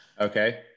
Okay